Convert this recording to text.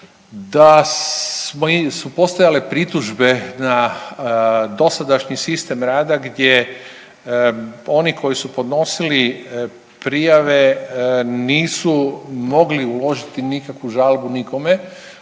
da su postojale pritužbe na dosadašnji sistem rada gdje oni koji su podnosili prijave nisu mogli uložiti nikakvu žalbu nikome